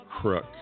crook